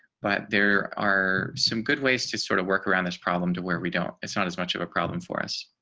but there are some good ways to sort of work around this problem to where we don't. it's not as much of a problem for us.